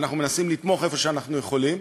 ואנחנו מנסים לתמוך איפה שאנחנו יכולים,